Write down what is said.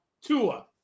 Tua